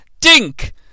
Dink